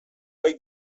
gai